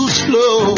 slow